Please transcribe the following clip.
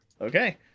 Okay